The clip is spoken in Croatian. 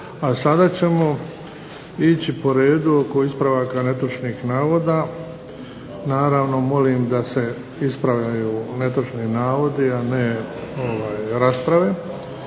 a sada ćemo ići po redu oko ispravaka netočnih navoda. Naravno molim da se ispravljaju netočni navodi, a ne rasprave.